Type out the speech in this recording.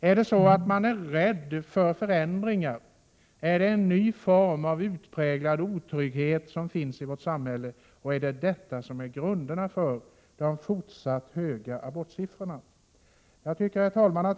Är man rädd för förändringar? Finns det en ny form av utpräglad otrygghet i vårt samhälle, och är det detta som är grunden för de fortsatt höga abortsiffrorna? Herr talman!